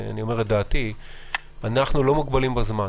אני אומר את דעתי שאנחנו לא מוגבלים בזמן.